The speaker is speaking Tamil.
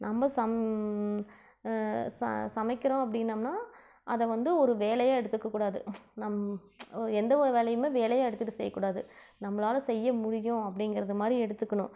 நம்ம சம் ச சமைக்கிறோம் அப்படின்னம்னால் அதை வந்து ஒரு வேலையாக எடுத்துக்கக்கூடாது நம் எந்த ஒரு வேலையுமே வேலையாக எடுத்துகிட்டு செய்யக்கூடாது நம்மளால் செய்ய முடியும் அப்படிங்கிறதுமாரி எடுத்துக்கணும்